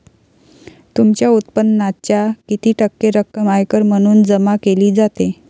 तुमच्या उत्पन्नाच्या किती टक्के रक्कम आयकर म्हणून जमा केली जाते?